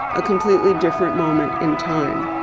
a completely different moment in time.